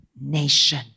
nation